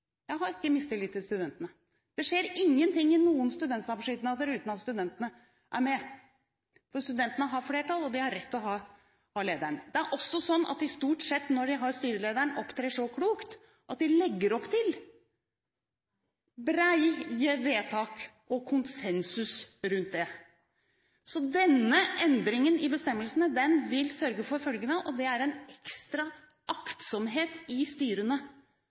jeg foreslått at studentene skulle miste flertallet i studentsamskipnaden. Jeg har ikke mistillit til studentene. Det skjer ingenting i noen studentsamskipnader uten at studentene er med, for studentene har flertall, og de har rett til å ha lederen. Det er også slik at de, stort sett, når de har styrelederen, opptrer så klokt at de legger opp til brede vedtak og konsensus rundt det. Så denne endringen i bestemmelsene vil sørge for en ekstra aktsomhet i styrene